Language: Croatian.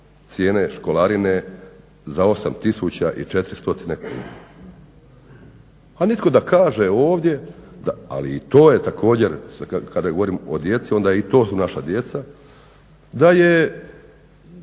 cijene školarine za 8400 kuna. A nitko da kaže ovdje, ali i to je također kada govorim o djeci onda i to su naša djeca, da taj